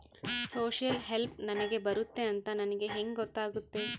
Social help ನನಗೆ ಬರುತ್ತೆ ಅಂತ ನನಗೆ ಹೆಂಗ ಗೊತ್ತಾಗುತ್ತೆ?